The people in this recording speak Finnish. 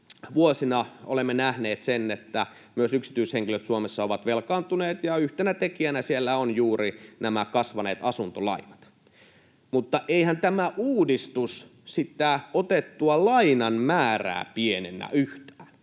vuosina olemme nähneet sen, että myös yksityishenkilöt Suomessa ovat velkaantuneet, ja yhtenä tekijänä siellä on juuri nämä kasvaneet asuntolainat. Mutta eihän tämä uudistus sitä otettua lainan määrää pienennä yhtään,